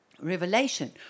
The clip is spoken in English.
Revelation